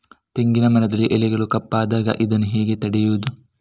ತೆಂಗಿನ ಮರದಲ್ಲಿ ಎಲೆಗಳು ಕಪ್ಪಾದಾಗ ಇದನ್ನು ಹೇಗೆ ತಡೆಯುವುದು?